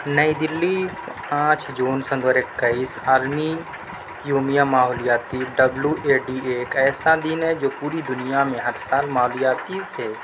نئی دلی پانچ جون سن دو ہزار اکیس عالمی یومِ ماحولیاتی ڈبلیو اے ڈی اے ایک ایسا دن ہے جو پوری دنیا میں ہر سال مادیاتی سے